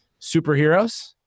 Superheroes